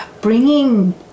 bringing